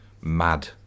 mad